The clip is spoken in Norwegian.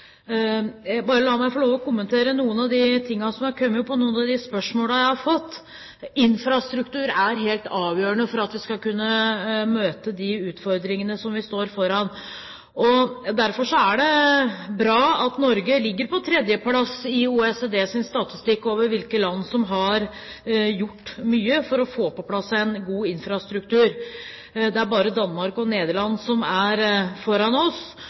La meg bare få lov til å kommentere noen av de tingene som er kommet opp, og noen av de spørsmålene jeg har fått. Infrastruktur er helt avgjørende for at vi skal kunne møte de utfordringene som vi står foran. Derfor er det bra at Norge ligger på tredje plass på OECDs statistikk over hvilke land som har gjort mye for å få på plass en god infrastruktur. Det er bare Danmark og Nederland som er foran oss,